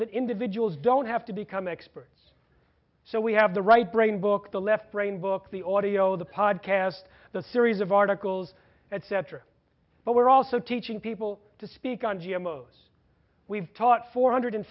that individuals don't have to become experts so we have the right brain book the left brain book the audio the pod cast the series of articles etc but we're also teaching people to speak on g m o's we've taught four hundred